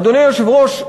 אדוני היושב-ראש,